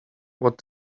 what